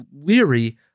leery